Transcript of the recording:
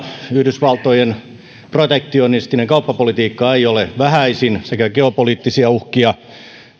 yhdysvaltojen protektionistinen kauppapolitiikka ei ole vähäisin sekä geopoliittisia uhkia